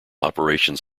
operations